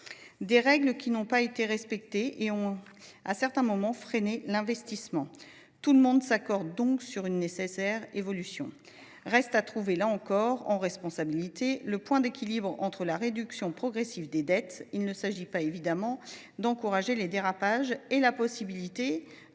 Ces règles n’ayant pas été respectées et ayant, à certains moments, freiné l’investissement, tout le monde s’accorde sur la nécessité de leur évolution. Reste à trouver, là encore, en responsabilité, le point d’équilibre entre la réduction progressive des dettes – il ne s’agit évidemment pas d’encourager les dérapages – et la possibilité